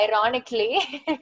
ironically